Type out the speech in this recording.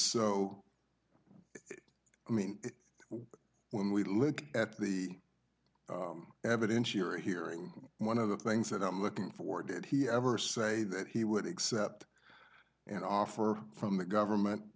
so i mean when we look at the evidence you're hearing one of the things that i'm looking for did he ever say that he would accept an offer from the government